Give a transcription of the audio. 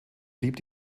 blieb